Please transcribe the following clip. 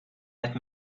let